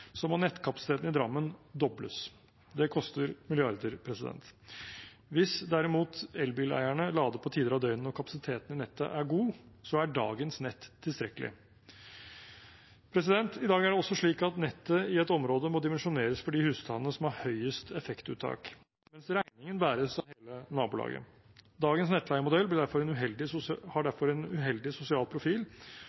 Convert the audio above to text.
må nettkapasiteten i Drammen dobles. Det koster milliarder. Hvis derimot elbileierne lader på tider av døgnet når kapasiteten i nettet er god, er dagens nett tilstrekkelig. I dag er det også slik at nettet i et område må dimensjoneres for de husstandene som har høyest effektuttak, mens regningen bæres av hele nabolaget. Dagens nettleiemodell har derfor en uheldig